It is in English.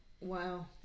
Wow